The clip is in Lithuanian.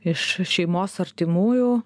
iš šeimos artimųjų